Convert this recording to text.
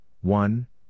one